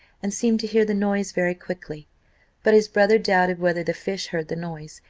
and seemed to hear the noise very quickly but his brother doubted whether the fish heard the noise,